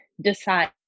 decide